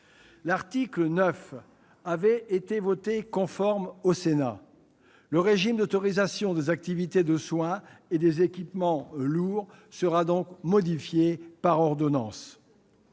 L'article 9 avait été voté conforme au Sénat. Le régime d'autorisations des activités de soins et des équipements lourds sera donc modifié par ordonnances.